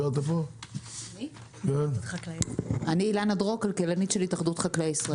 אני כלכלנית התאחדות חקלאי ישראל.